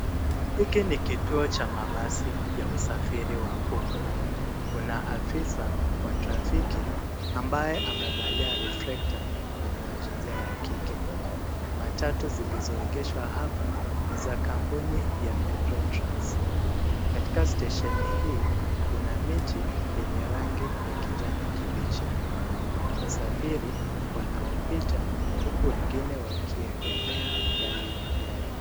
Hiki ni kituo cha mabasi ya usafiri wa umma. Kuna afisa wa trafiki ambaye amevalia reflector na ni wa jinsia ya kike. Matatu zilizoegeshwa hapa ni za kampuni ya Metro Trans. Katika stesheni hii kuna miti yenye rangi ya kijani kibichi. Kuna wasafiri wanaopita huku wengine wakiegemea ndani ya magari.